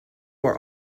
our